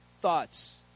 thoughts